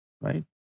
right